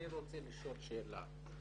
אני רוצה לשאול שאלה.